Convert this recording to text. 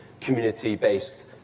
community-based